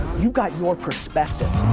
you got your perspective.